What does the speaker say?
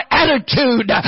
attitude